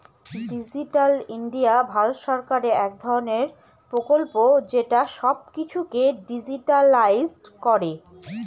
digital India Bharat সরকারের এক ধরনের প্রকল্প যেটা সব কিছুকে ডিজিট্যালাইসড করে